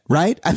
right